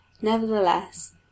Nevertheless